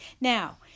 now